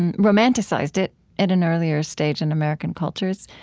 and romanticized it at an earlier stage in american cultures,